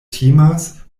timas